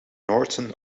northern